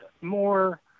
more